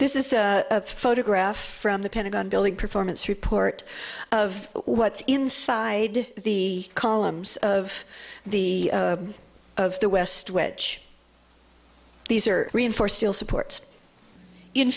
this is a photograph from the pentagon building performance report of what's inside the columns of the of the west which these are reinforced steel supports in